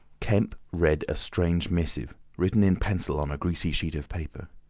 kemp read a strange missive, written in pencil on a greasy sheet of paper.